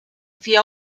wie